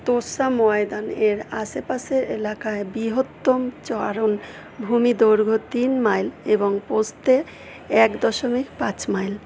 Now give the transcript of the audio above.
তোসা ময়দান এর আশেপাশের এলাকায় বৃহত্তম চারণ ভূমি দৈর্ঘ্য তিন মাইল এবং প্রস্থে এক দশমিক পাঁচ মাইল